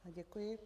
Děkuji.